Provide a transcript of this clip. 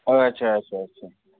اَچھا اَچھا اَچھا اَچھا